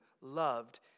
loved